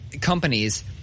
companies